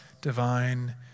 divine